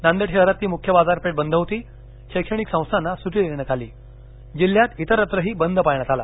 नांदेड शहरातली मुख्य बाजारपेठ बंद होती शैक्षणिक संस्थाना सुटी देण्यात आली जिल्ह्यात इतरत्रही बंद पाळण्यात आला